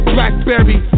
Blackberry